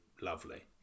lovely